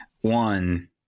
One